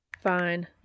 Fine